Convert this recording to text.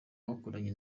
bakoranye